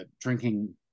drinking